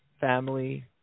family